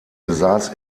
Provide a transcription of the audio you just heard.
besaß